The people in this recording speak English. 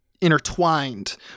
intertwined